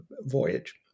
voyage